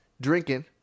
drinking